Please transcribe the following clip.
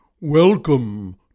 Welcome